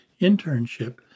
internship